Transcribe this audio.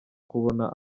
kubona